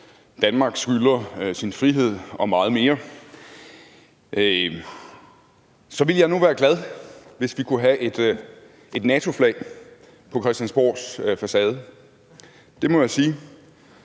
Danmark skylder sin frihed og meget mere – så ville jeg nu være glad, hvis vi kunne have et NATO-flag på Christiansborgs facade. Det må jeg sige.